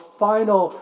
final